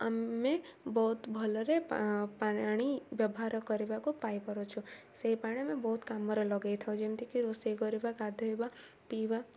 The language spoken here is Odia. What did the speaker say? ଆମେ ବହୁତ ଭଲରେ ପାଣି ବ୍ୟବହାର କରିବାକୁ ପାଇପାରୁଛୁ ସେଇ ପାଣି ଆମେ ବହୁତ କାମରେ ଲଗେଇ ଥାଉ ଯେମିତିକି ରୋଷେଇ କରିବା ଗାଧୋଇବା ପିଇବା